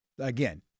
Again